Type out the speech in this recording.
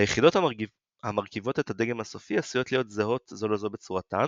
היחידות המרכיבות את הדגם הסופי עשויות להיות זהות זו לזו בצורתן,